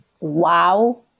wow